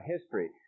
history